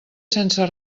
sense